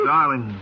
Darling